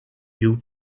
you